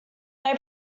they